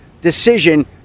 decision